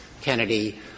Kennedy